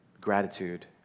gratitude